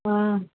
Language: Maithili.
हँ